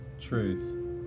truth